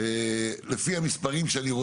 על פינויים מסוימים שעשיתי בצירי תחבורה